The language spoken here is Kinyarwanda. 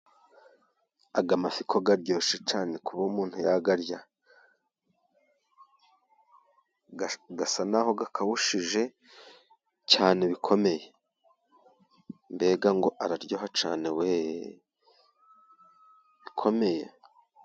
Aya mafi ko aryoshye cyane kuba umuntu yayarya! Asa n'aho akawushije cyane bikomeye! Mbega ngo araryoha cyane we! Bikomeye.